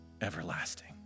everlasting